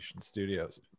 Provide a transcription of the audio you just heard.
Studios